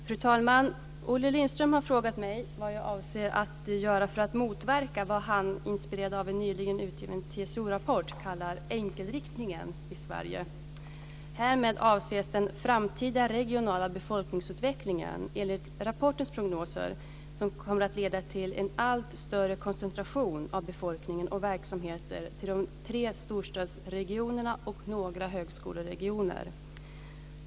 Fru talman! Olle Lindström har frågat mig vad jag avser att göra för att motverka vad han, inspirerad av en nyligen utgiven TCO-rapport, kallar "enkelriktningen" i Sverige. Härmed avses att den framtida regionala befolkningsutvecklingen, enligt rapportens prognoser, kommer att leda till en allt större koncentration av befolkning och verksamheter till de tre storstadsregionerna och några högskoleregioner.